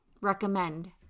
Recommend